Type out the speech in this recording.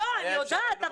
אני יודעת,